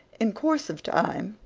in course of time,